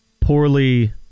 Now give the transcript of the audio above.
poorly